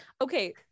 Okay